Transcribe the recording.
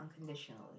unconditionally